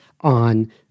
on